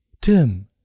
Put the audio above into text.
Tim